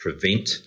prevent